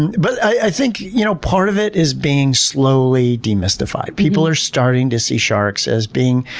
and but i think you know part of it is being slowly demystified. people are starting to see sharks as being,